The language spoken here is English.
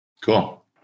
Cool